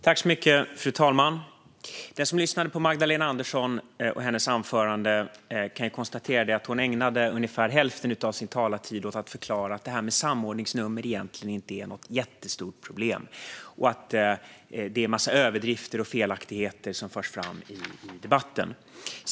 Fru talman! Den som lyssnade på Magdalena Andersson och hennes anförande kan konstatera att hon ägnade ungefär hälften av talartiden åt att förklara att det här med samordningsnummer egentligen inte är något jättestort problem och att det är en massa överdrifter och felaktigheter som förs fram i debatten.